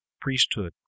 priesthood